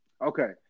Okay